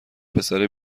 پسره